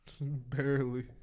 Barely